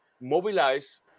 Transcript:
mobilize